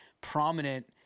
prominent